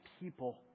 people